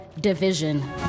division